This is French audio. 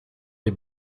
des